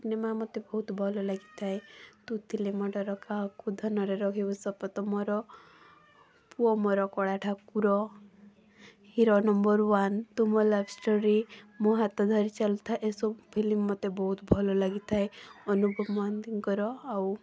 cinema ମତେ ବହୁତ ଭଲ ଲାଗିଥାଏ ତୁ ଥିଲେ ମୋ ଡର କାହାକୁ ଧନ ରେ ରହିବୁ ଶପଥ ମୋର ପୁଅ ମୋର କଳା ଠାକୁର ହିରୋ ନମ୍ବର ୱାନ ତୁ ମୋ ଲଭ ଷ୍ଟୋରି ମୋ ହାତ ଧରି ଚାଲୁଥା ଏସବୁ ଫିଲିମ ମତେ ବହୁତ ଭଲ ଲାଗିଥାଏ ଅନୁଭବ ମହାନ୍ତିଙ୍କର ଆଉ